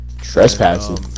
Trespassing